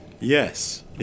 Yes